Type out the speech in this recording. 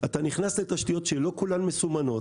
אתה נכנס לתשתיות שלא כולן מסומנות,